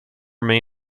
may